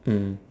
mm